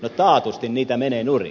no taatusti niitä menee nurin